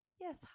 Yes